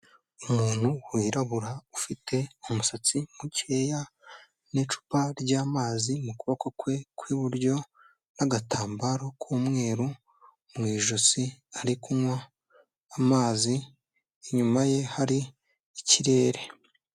Umuntu wirabura ufite umusatsi mukeya n'icupa ry'amazi mu kuboko kwe kw'iburyo n'agatambaro k'umweru mu ijosi, ari kunywa amazi inyuma ye hari ikirere.